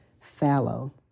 fallow